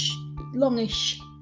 longish